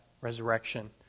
resurrection